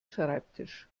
schreibtisch